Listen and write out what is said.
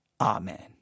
Amen